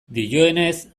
dioenez